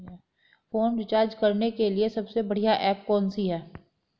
Phone recharge करने के लिए सबसे बढ़िया ऐप कौन सी है?